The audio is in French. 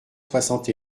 soixante